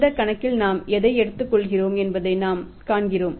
இந்த கணக்கில் நாம் எதை எடுத்துக்கொள்கிறோம் என்பதை நாம் காண்கிறோம்